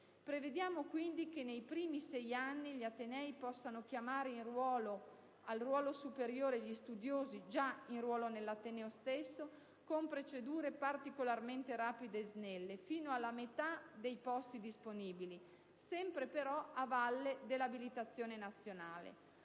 Prevediamo quindi che nei primi sei anni gli atenei possano chiamare a un ruolo superiore gli studiosi già in ruolo nell'ateneo stesso, con procedure particolarmente rapide e snelle, fino alla metà dei posti disponibili, sempre però a valle dell'abilitazione nazionale.